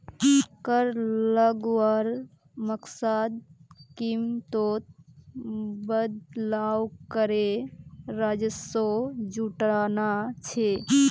कर लगवार मकसद कीमतोत बदलाव करे राजस्व जुटाना छे